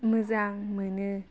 मोजां मोनो